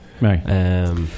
Right